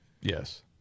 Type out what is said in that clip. Yes